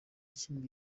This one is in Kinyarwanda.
kimwe